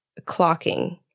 clocking